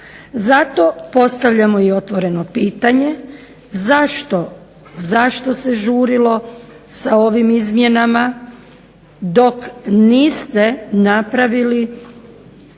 Zato postavljamo i otvoreno pitanje zašto se žurilo sa ovim izmjenama dok niste napravili